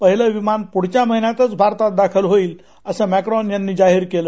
पहिलं विमान पुढच्या महिन्यातच भारतात दाखल होईल असं मुक्रॉन यानी जाहीर केलं